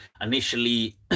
initially